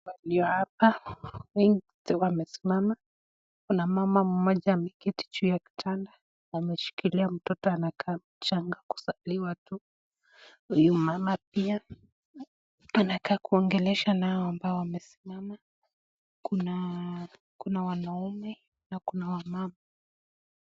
Hapa kuna watu wengi wamesimama, kuna mama ameketi juu ya kitanda, ameshikilia mtoto anakaa mchanga kuzaliwa tu , huyu mama pia anakaa kuongelesha nao ambao wameimama, kuna wanaume na kuna wamama.